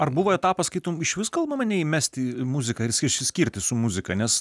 ar buvo etapas sakytum išvis kalbama nei mesti muziką ir išsiskirti su muzika nes